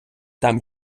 там